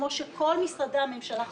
כמו שכל משרדי הממשלה חטפו.